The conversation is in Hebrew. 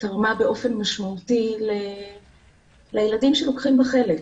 תרמה באופן משמעותי לילדים שלוקחים בה חלק,